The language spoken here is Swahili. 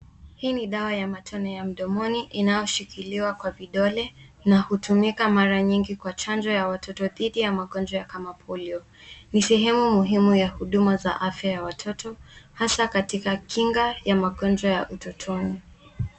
Hii nidawa ya matone ya mdomoni inashikiliwa kwa vidole na hutumika mara nyingi kwa chanjo ya watoto dhidi ya magojwa kama polio. Ni sehemu muhimuya huduma za afya ya watoto, hasa katika kinga ya magonjwa ya utotoni.